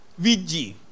VG